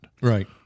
Right